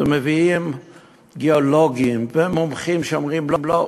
ומביאים גיאולוגים ומומחים שאומרים: לא,